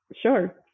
Sure